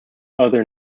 other